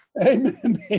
Amen